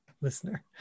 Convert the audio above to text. listener